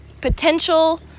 Potential